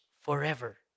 forever